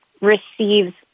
receives